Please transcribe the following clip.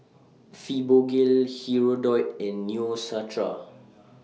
Fibogel Hirudoid and Neostrata